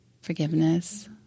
Forgiveness